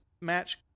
match